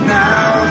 now